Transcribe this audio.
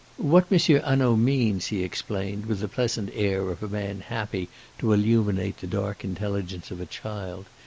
what monsieur hanaud means, he explained, with the pleasant air of a man happy to illuminate the dark intelligence of a child,